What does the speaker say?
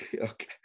okay